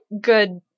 good